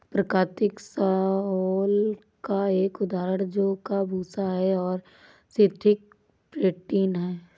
प्राकृतिक शैवाल का एक उदाहरण जौ का भूसा है और सिंथेटिक फेंटिन है